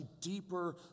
deeper